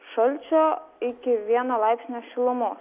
šalčio iki vieno laipsnio šilumos